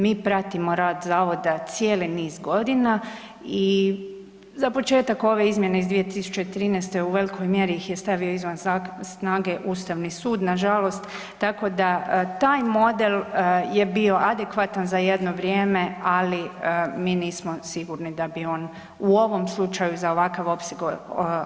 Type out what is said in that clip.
Mi pratimo rad zavoda cijeli niz godina i za početak ove izmjene iz 2013. u velikoj mjeri ih je stavio izvan snage Ustavni sud nažalost, tako da taj model je bio adekvatan za jedno vrijeme, ali mi nismo sigurni da bi on u ovom slučaju za ovakav opseg obnove bio adekvatan.